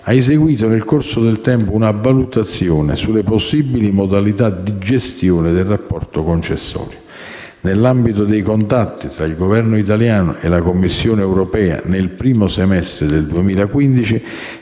ha eseguito nel corso del tempo una valutazione sulle possibili modalità di gestione del rapporto concessorio. Nell'ambito dei contatti tra il Governo italiano e la Commissione europea nel primo semestre 2015